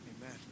Amen